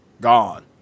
gone